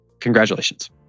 congratulations